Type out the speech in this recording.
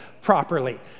properly